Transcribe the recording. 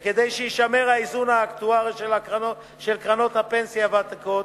וכדי שיישמר האיזון האקטוארי של קרנות הפנסיה הוותיקות,